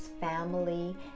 family